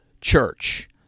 church